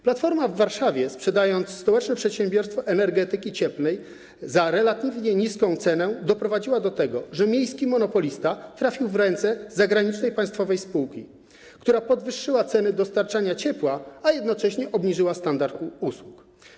Platforma w Warszawie, sprzedając Stołeczne Przedsiębiorstwo Energetyki Cieplnej za relatywnie niską cenę, doprowadziła do tego, że miejski monopolista trafił w ręce zagranicznej państwowej spółki, która podwyższyła ceny dostarczania ciepła, a jednocześnie obniżyła standard usług.